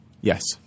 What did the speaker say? Yes